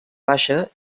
baixa